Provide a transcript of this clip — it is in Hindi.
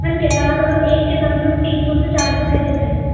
मैम किताब और एक किताब में तीन सौ से चार सौ पेजेस हैं